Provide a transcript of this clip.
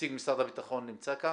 נציג משרד הביטחון נמצא כאן?